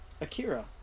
Akira